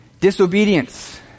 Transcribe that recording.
Disobedience